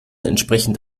entsprechend